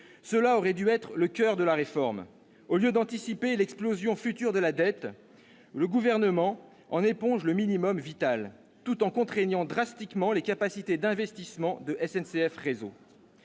Cela aurait dû être le coeur de la réforme : au lieu d'anticiper l'explosion future de la dette, le Gouvernement en éponge le minimum vital tout en contraignant drastiquement les capacités d'investissement de SNCF Réseau.